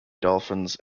dolphins